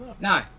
No